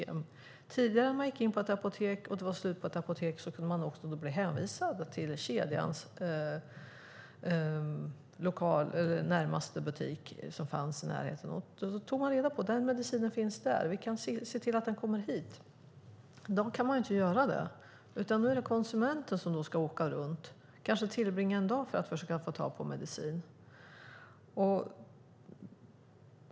När man tidigare gick in på ett apotek och ens medicin var slut på det apoteket kunde man bli hänvisad till kedjans närmaste butik, och personalen tog reda på om den medicinen fanns där: Vi kan se till att den kommer hit. I dag kan man inte göra det. Nu är det konsumenten som ska åka runt, kanske tillbringa en dag för att försöka få tag på medicin.